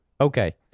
Okay